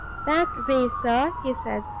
that way, sir, he said,